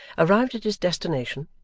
arrived at his destination,